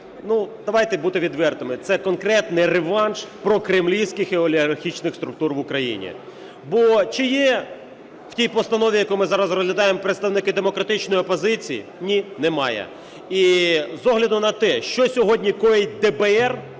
зал, давайте будемо відвертими – це конкретний реванш прокремлівських і олігархічних структур в Україні. Бо, чи є в тій постанові, яку ми зараз розглядаємо, представники демократичної опозиції? Ні, немає. І з огляду на те, що сьогодні коїть ДБР,